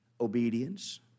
Obedience